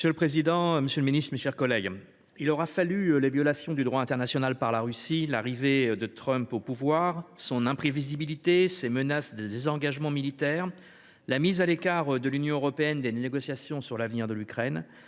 Monsieur le président, monsieur le ministre, mes chers collègues, il aura fallu les violations du droit international par la Russie, l’arrivée de Trump au pouvoir, son imprévisibilité, ses menaces de désengagement militaire, la mise à l’écart de l’Union européenne des négociations sur l’avenir de l’Ukraine,